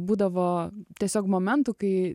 būdavo tiesiog momentų kai